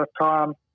time